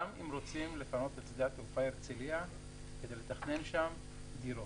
אם רוצים לפנות את שדה התעופה הרצליה כדי לתכנן שם דירות,